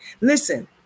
Listen